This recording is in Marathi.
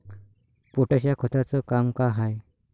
पोटॅश या खताचं काम का हाय?